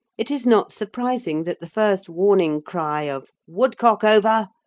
it is not surprising that the first warning cry of woodcock over!